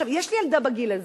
יש לי ילדה בגיל הזה.